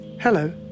Hello